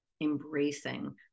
embracing